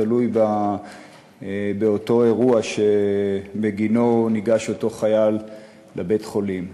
תלוי באירוע שבגינו ניגש אותו חייל לבית-החולים.